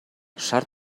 шарт